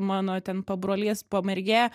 mano ten pabrolys pamergė